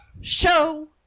Show